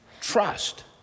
trust